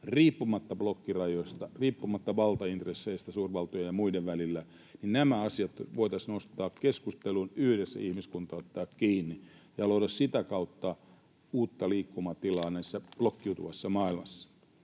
riippumatta blokkirajoista, riippumatta valtaintresseistä suurvaltojen ja muiden välillä. Nämä asiat voitaisiin nostaa keskusteluun, yhdessä ihmiskunta voisi ottaa niistä kiinni ja luoda sitä kautta uutta liikkumatilaa tässä blokkiutuvassa maailmassa.